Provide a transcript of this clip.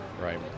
Right